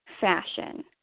fashion